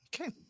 Okay